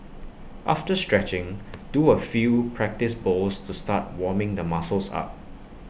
after stretching do A few practice bowls to start warming the muscles up